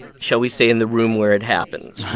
shall we say, in the room where it happens,